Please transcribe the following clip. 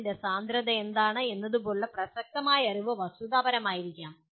ജലത്തിന്റെ സാന്ദ്രത എന്താണ് എന്നതുപോലുള്ള പ്രസക്തമായ അറിവ് വസ്തുതാപരമായിരിക്കാം